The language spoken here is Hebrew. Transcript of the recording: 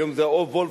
והיום זה או וולף,